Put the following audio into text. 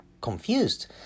confused